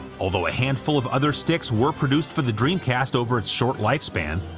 although a handful of other sticks were produced for the dreamcast over its short lifespan,